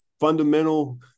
fundamental